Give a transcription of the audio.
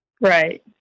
Right